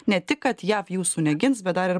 ne tik kad jav jūsų negins bet dar ir